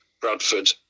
Bradford